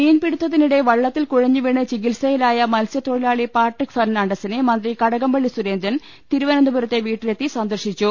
മീൻപിടുത്തത്തിനിടെ വള്ളത്തിൽ കുഴഞ്ഞുവീണ് ചികിത്സ യിലായ മത്സൃത്തൊഴിലാളി പാട്രിക് ഫെർണാണ്ടസിനെ മന്ത്രി കടകംപള്ളി സുരേന്ദ്രൻ തിരുവനന്തപുരത്തെ വീട്ടിലെത്തി സന്ദർശിച്ചു